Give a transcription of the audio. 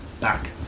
back